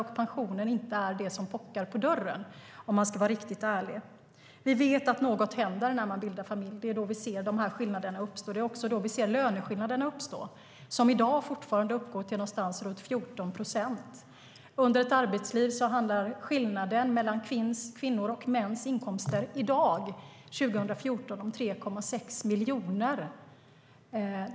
Då är pensionen inte det som bankar på dörren, om man ska vara riktigt ärlig. Vi vet att något händer när man bildar familj. Det är då dessa skillnader uppstår. Det är också då vi ser att löneskillnaderna uppstår. De uppgår fortfarande till någonstans runt 14 procent. Under ett arbetsliv är skillnaden mellan kvinnors och mäns inkomster - det gäller i dag, 2014 - 3,6 miljoner.